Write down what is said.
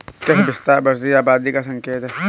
कृषि विस्तार बढ़ती आबादी का संकेत हैं